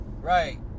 Right